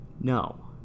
No